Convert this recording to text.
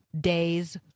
Day's